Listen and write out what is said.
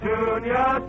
Junior